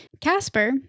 Casper